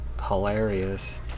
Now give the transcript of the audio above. hilarious